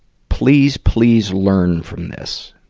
please, please learn from this.